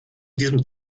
diesem